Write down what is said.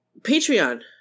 Patreon